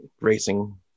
racing